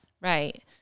Right